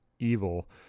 evil